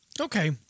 Okay